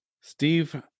Steve